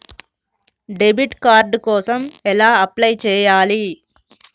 Debit card కోసం ఎలా apply చేయాలి?